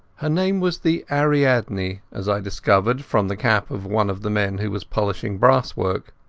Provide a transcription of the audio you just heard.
her name was the ariadne, as i discovered from the cap of one of the men who was polishing brasswork.